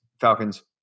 Falcons